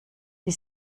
die